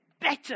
better